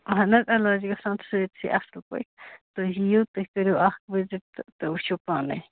اہن حظ علاج گَژھان چھِ سٲرسی اَصٕل پٲٹھۍ تُہۍ یِیِو تُہۍ کٔرِو اَکھ وِزِٹ تہٕ تُہۍ وٕچھِو پانَے